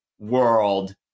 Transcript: World